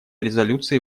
резолюции